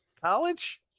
college